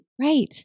Right